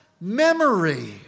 memory